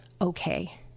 okay